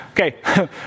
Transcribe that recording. Okay